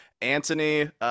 Antony